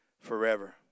forever